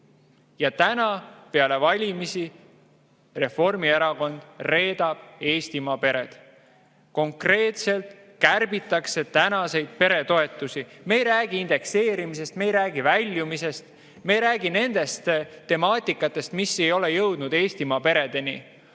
aga peale valimisi Reformierakond reedab Eestimaa pered: konkreetselt kärbitakse tänaseid peretoetusi. Me ei räägi indekseerimisest, me ei räägi väljumisest, me ei räägi nendest teemadest, mis ei ole jõudnud Eestimaa peredeni.